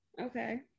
Okay